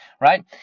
right